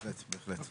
בהחלט.